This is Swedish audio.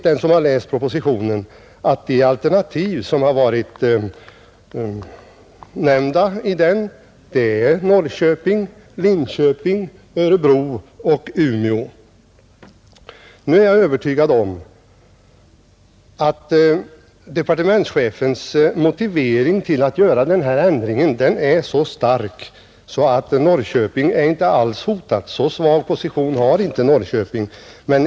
Den som har läst propositionen vet att de alternativ som har varit nämnda i den är Norrköping, Linköping, Örebro och Umeå. Nu är jag övertygad om att departementschefens motivering för att göra den här ändringen är så starkt motiverad att Norrköping inte alls kommer att hotas; så svag position har inte Norrköping.